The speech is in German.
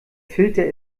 filter